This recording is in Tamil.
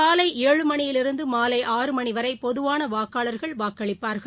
காலை ஏழு மணியிலிருந்துமாலை ஆறு மணிவரைபொதுவானவாக்காளர்கள் வாக்களிப்பார்கள்